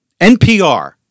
NPR